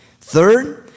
Third